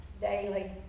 daily